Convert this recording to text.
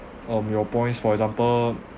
um your points for example